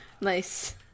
Nice